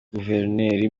guverineri